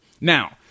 Now